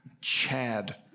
Chad